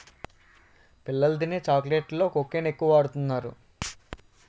పిల్లలు తినే చాక్లెట్స్ లో కోకాని ఎక్కువ వాడుతున్నారు